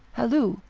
halloo,